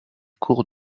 cours